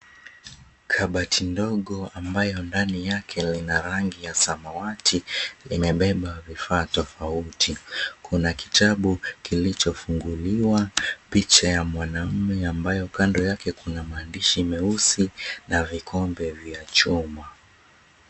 Kabati ndogo, ambayo ndani yake lina rangi ya samawati, limebeba vifaa tofauti. Kuna kitabu kilichofunguliwa, picha ya mwanamume ambayo kando yake kuna maandishi meusi na vikombe vya chuma.